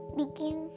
begin